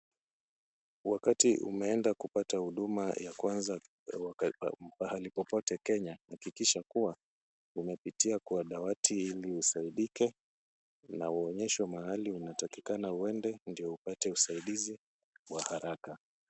Wakati umeenda kupata huduma ya kwanza pahali popote Kenya, hakikisha kuwa umepitia kwa dawati ili usaidike na uonyeshwe mahali unatakikana uende ndio upate usaidizi wa haraka.